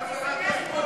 איך היא לא תיסגר?